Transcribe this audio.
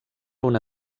una